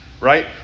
right